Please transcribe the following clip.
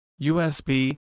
USB